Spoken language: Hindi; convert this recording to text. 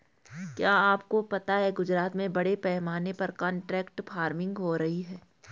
क्या आपको पता है गुजरात में बड़े पैमाने पर कॉन्ट्रैक्ट फार्मिंग हो रही है?